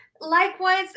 likewise